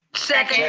second. yeah